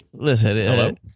Listen